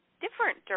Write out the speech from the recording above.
different